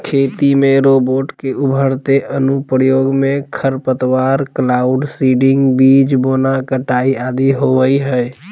खेती में रोबोट के उभरते अनुप्रयोग मे खरपतवार, क्लाउड सीडिंग, बीज बोना, कटाई आदि होवई हई